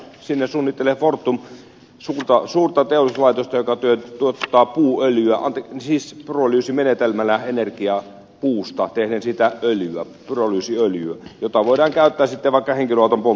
sinne suunnittelee fortum suurta osuutta teollistuvat joko työ tutkaa puhelin teollisuuslaitosta joka tuottaa pyrolyysimenetelmällä energiaa puusta tehden siitä pyrolyysiöljyä jota voidaan käyttää sitten vaikka henkilöauton polttoaineena